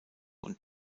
und